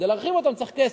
כדי להרחיב אותם צריך כסף.